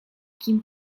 kim